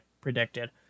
predicted